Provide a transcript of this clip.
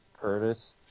curtis